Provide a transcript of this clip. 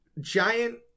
giant